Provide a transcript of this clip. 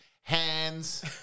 hands